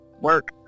work